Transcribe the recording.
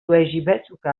واجباتك